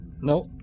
no